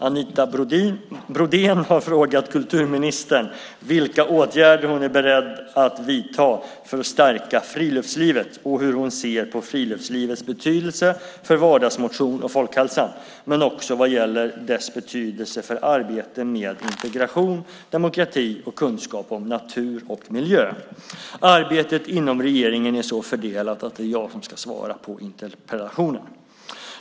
Anita Brodén har frågat kulturministern vilka åtgärder hon är beredd att vidta för att stärka friluftslivet och hur hon ser på friluftslivets betydelse för vardagsmotion och folkhälsan, men också vad gäller dess betydelse för arbete med integration, demokrati och kunskap om natur och miljö. Arbetet inom regeringen är så fördelat att det är jag som ska svara på interpellationen.